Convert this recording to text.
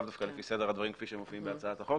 לאו דווקא לפי סדר הדברים כפי שמופיעים בהצעת החוק.